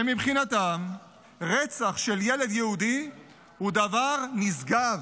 שמבחינתם רצח של ילד יהודי הוא דבר נשגב,